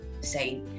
say